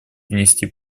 внести